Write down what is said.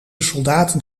soldaten